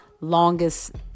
longest